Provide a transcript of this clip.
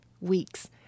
week's